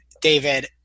David